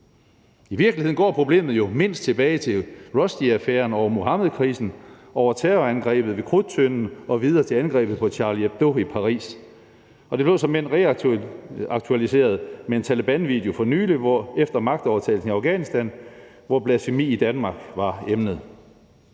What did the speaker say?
I virkeligheden går problemet jo mindst tilbage til Rushdieaffæren, over Muhammedkrisen, over terrorangrebet ved Krudttønden og videre til angrebet på Charlie Hebdo i Paris. Og det blev så reaktualiseret med en Talebanvideo for nylig efter magtovertagelsen i Afghanistan, hvor blasfemi i Danmark var emnet.